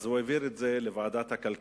אז הוא העביר את זה לוועדת הכלכלה.